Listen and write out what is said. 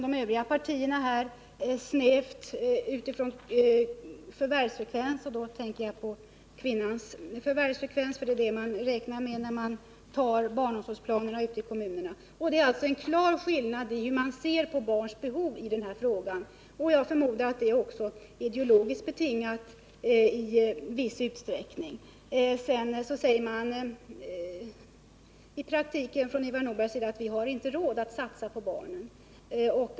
De övriga partierna utgår snävt från kvinnornas förvärvsfrekvens — för det är det man räknar med när man ute i kommunerna gör upp barnomsorgsplanerna. Det är alltså en klar skillnad mellan vpk och Övriga partier i synen på barns behov i denna fråga. Jag förmodar att det också i viss utsträckning är ideologiskt betingat. Ivar Nordberg säger i praktiken att vi inte har råd att satsa på barnen.